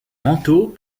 manteau